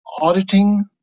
auditing